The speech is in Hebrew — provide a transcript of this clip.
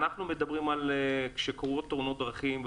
אנחנו מדברים על זה שכקורות תאונות דרכים,